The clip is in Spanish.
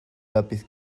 lápiz